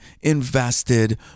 invested